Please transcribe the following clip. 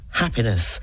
happiness